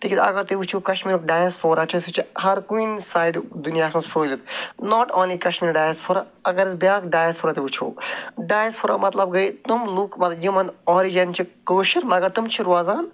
تِکیٛازِ اَگر تُہۍ وٕچھو کَشمیٖرُک ڈایَسفورا چھِ سُہ چھِ ہَر کُنہِ سایڈٕ دُنیاہَس منٛز پھہلِتھ نَاٹ اونلی کَشمیٖر ڈایَسفورا اَگر أسۍ بیٛاکھ ڈایَسفورا تہِ وٕچھو ڈایَسفورا مطلب گٔے تِم لُکھ یِمَن اوٚرِجَن چھِ کٲشُر مَگر تِم چھِ روزان